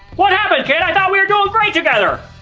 what happened kid? i thought we were doing great together?